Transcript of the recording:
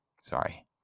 Sorry